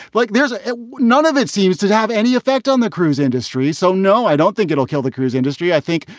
like, there's ah none of it seems to to have any effect on the cruise industry. so, no, i don't think it'll kill the cruise industry. i think.